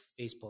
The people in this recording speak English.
Facebook